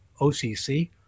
OCC